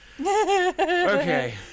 Okay